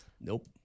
Nope